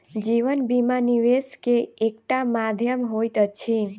जीवन बीमा, निवेश के एकटा माध्यम होइत अछि